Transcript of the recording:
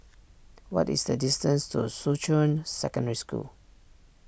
what is the distance to Shuqun Secondary School